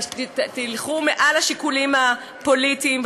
תלכו מעל השיקולים הפוליטיים,